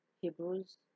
Hebrews